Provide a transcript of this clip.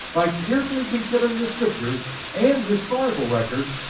by carefully considering the scriptures and historical records,